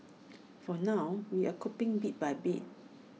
for now we're coping bit by bit